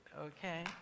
Okay